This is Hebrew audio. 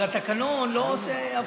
אבל התקנון לא עושה הבחנות.